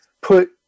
put